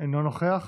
אינו נוכח.